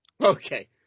Okay